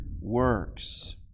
works